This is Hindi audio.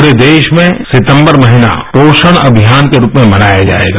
पूरे देश में सितंबर महीना पोषण अभियान के रूप में मनाया जायेगा